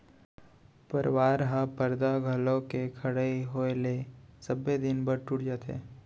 परवार ह परदा घलौ के खड़इ होय ले सबे दिन बर टूट जाथे